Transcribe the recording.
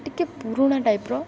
ଟିକେ ପୁରୁଣା ଟାଇପ୍ର